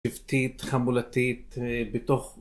שבטית, חמולתית, בתוך